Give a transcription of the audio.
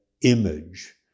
image